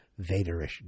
Vaderish